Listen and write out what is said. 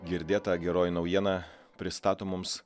girdėta geroji naujiena pristato mums